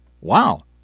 Wow